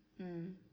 mm